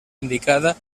indicada